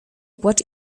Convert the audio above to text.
płacz